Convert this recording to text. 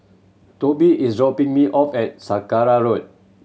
Tobie is dropping me off at Sacara Road